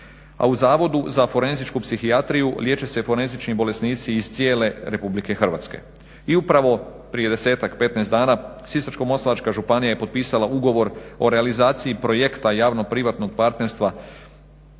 A u Zavodu za forenzičku psihijatriju liječe se forenzični bolesnici iz cijele RH. I upravo prije 10-ak, 15 dana Sisačko-moslavačka županija je potpisala ugovor o realizaciji projekta javno-privatnog partnerstva